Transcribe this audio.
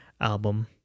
album